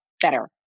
better